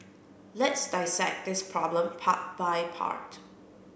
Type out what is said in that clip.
let's dissect this problem part by part